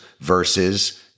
versus